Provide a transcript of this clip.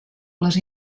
les